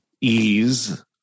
ease